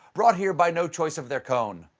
brought here by no choice of their cone.